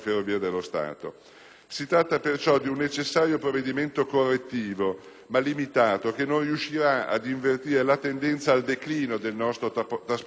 Si tratta perciò di un necessario provvedimento correttivo, ma limitato, che non riuscirà ad invertire la tendenza al declino del nostro trasporto ferroviario,